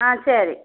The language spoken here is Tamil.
ஆ சரி